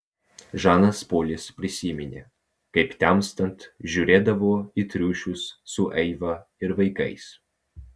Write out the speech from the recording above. žanas polis prisiminė kaip temstant žiūrėdavo į triušius su eiva ir vaikais